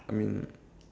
I mean